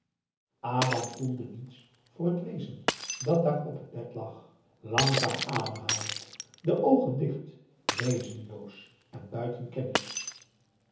adam voelde niets voor het wezen dat daar op het bed lag langzaam ademhalend de oogen dicht wezenloos en buiten kennis